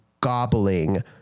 gobbling